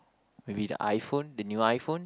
maybe the iPhone the new iPhone